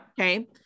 Okay